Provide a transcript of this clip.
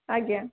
ଆଜ୍ଞା